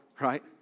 right